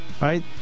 Right